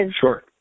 Sure